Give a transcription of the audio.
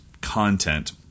content